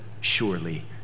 surely